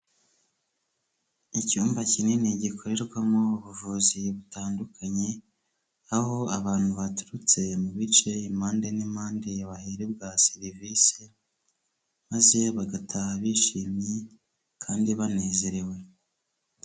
Icyumba kinini gikorerwamo ubuvuzi butandukanye, aho abantu baturutse mu bice impande n'impande baherebwa serivis, maze bagataha bishimye kandi banezerewe.